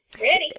ready